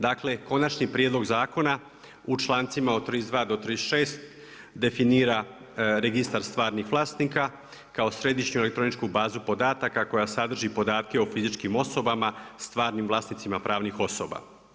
Dakle, konačni prijedlog zakona u člancima od 32. do 36. definira registar stvarnih vlasnika kao središnju elektroničku bazu podataka koja sadrži podatke o fizičkim osobama, stvarnim vlasnicima pravnih osoba.